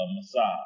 massage